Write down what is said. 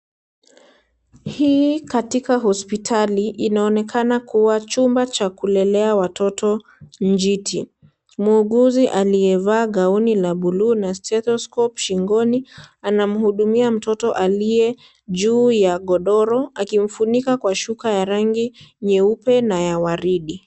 Hii katika hospitali , inaonekana kuwa chumba cha kulelea watoto njiti. Muuguzi aliyevaa gauni la buluu na stethoscope shingoni anamhudumia mtoto aliye juu ya godoro akimfunika kwa shuka ya rangi nyeupe na ya waridi .